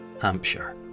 Hampshire